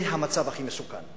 זה המצב הכי מסוכן.